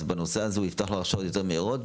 אז בנושא הזה הוא יפתח לו הרשאות יותר מהירות,